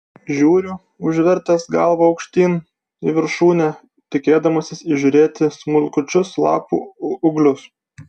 žiūriu užvertęs galvą aukštyn į viršūnę tikėdamasis įžiūrėti smulkučius lapų ūglius